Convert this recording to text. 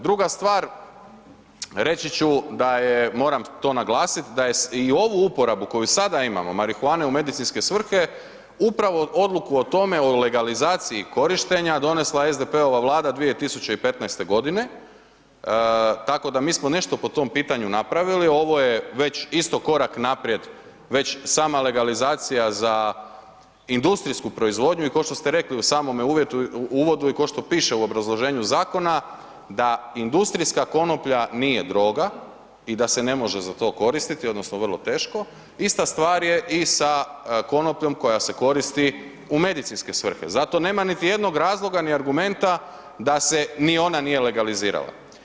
Druga stvar, reći ću da je, moram to naglasit da je i ovu uporabu koju sada imamo marihuane u medicinske svrhe, upravo odluku o tome, o legalizaciji korištenja, donesla SDP-ova Vlada 2015.g., tako da mi smo nešto po tom pitanju napravili, ovo je već isto korak naprijed, već sama legalizacija za industrijsku proizvodnju i košto ste rekli i u samom uvodu i košto piše u obrazloženju zakona da industrijska konoplja nije droga i da se ne može za to koristiti odnosno vrlo teško, ista stvar je i sa konopljom koja se koristi u medicinske svrhe, zato nema niti jednog razloga, ni argumenta da se ni ona nije legalizirala.